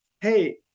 hey